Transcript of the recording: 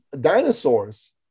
dinosaurs